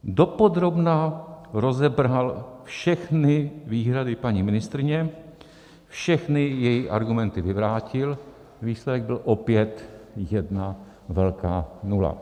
Dopodrobna rozebral všechny výhrady paní ministryně, všechny její argumenty vyvrátil a výsledek byl opět jedna velká nula.